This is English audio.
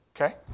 Okay